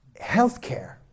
Healthcare